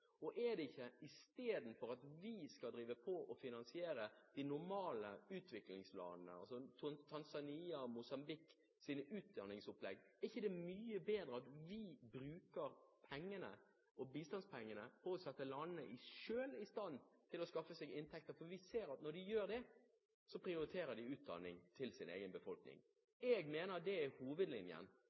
Og er det ikke mye bedre, i stedet for at vi skal drive på og finansiere de normale utviklingslandene, altså Tanzanias og Mosambiks utdanningsopplegg, at vi bruker pengene og bistandspengene på å sette landene i stand til selv å skaffe seg inntekter? For vi ser at når de gjør det, så prioriterer de utdanning til sin egen befolkning. Jeg mener at det er hovedlinjen.